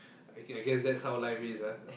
okay I guess that's how life is ah